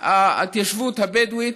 ההתיישבות הבדואית,